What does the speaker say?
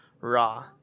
Raw